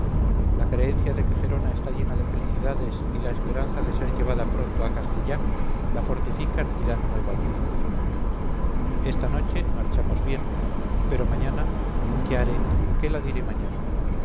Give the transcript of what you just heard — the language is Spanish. la creencia de que gerona está llena de felicidades y la esperanza de ser llevada pronto a castell la fortifican y dan nueva vida esta noche marchamos bien pero mañana qué haré qué la diré mañana